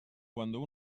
quando